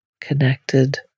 connected